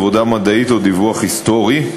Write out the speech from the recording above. עבודה מדעית או דיווח היסטורי,